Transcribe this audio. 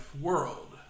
World